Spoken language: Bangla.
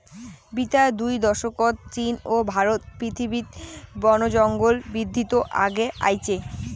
বিতা দুই দশকত চীন ও ভারত পৃথিবীত বনজঙ্গল বিদ্ধিত আগে আইচে